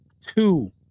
two